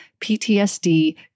PTSD